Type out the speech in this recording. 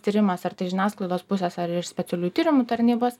tyrimas ar tai iš žiniasklaidos pusės ar iš specialiųjų tyrimų tarnybos